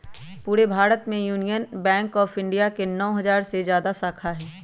पूरे भारत में यूनियन बैंक ऑफ इंडिया के नौ हजार से जादा शाखा हई